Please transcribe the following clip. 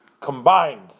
combined